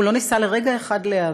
הוא לא ניסה לרגע אחד להיאבק.